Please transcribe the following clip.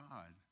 God